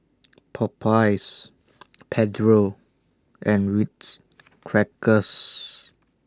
Popeyes Pedro and Ritz Crackers